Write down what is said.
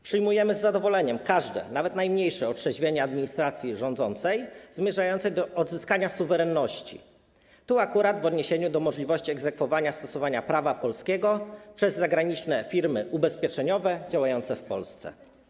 Przyjmujemy z zadowoleniem każde, nawet najmniejsze, otrzeźwienie administracji rządzącej zmierzające do odzyskania suwerenności, tu akurat w odniesieniu do możliwości egzekwowania stosowania prawa polskiego przez zagraniczne firmy ubezpieczeniowe działające w Polsce.